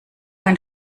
ein